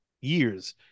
years